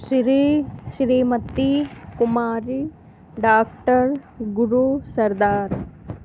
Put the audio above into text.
Shri Shrimati Kumari doctor Guru Sardar